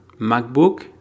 MacBook